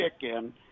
chicken